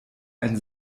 ein